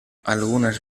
algunas